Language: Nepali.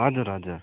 हजुर हजुर